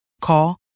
Call